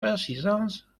résidences